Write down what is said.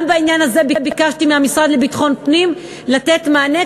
גם בעניין הזה ביקשתי מהמשרד לביטחון פנים לתת מענה,